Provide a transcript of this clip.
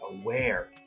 aware